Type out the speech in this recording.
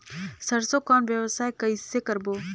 सरसो कौन व्यवसाय कइसे करबो?